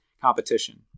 Competition